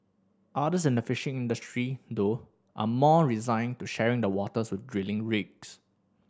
others in the fishing industry though are more resigned to sharing the waters with drilling rigs